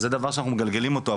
אז זה דבר שאנחנו מגלגלים אותו.